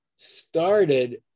started